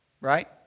Right